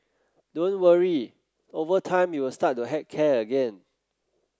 don't worry over time you will start to heck care again